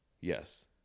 Yes